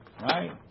Right